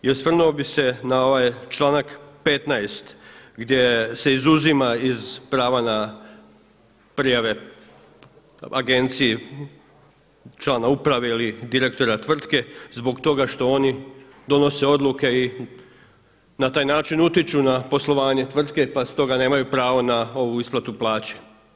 I osvrnuo bih se na ovaj članak 15. gdje se izuzima iz prava na prijave agenciji člana uprave ili direktora tvrtke zbog toga što oni donose odluke i na taj način utiču na poslovanje tvrtke pa stoga nemaju pravo na ovu isplatu plaće.